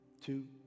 two